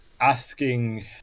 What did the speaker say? asking